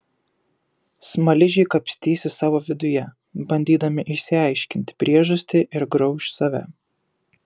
smaližiai kapstysis savo viduje bandydami išsiaiškinti priežastį ir grauš save